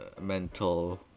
mental